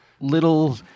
little